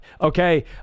okay